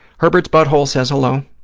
herbert's butthole says hello.